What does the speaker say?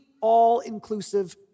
all-inclusive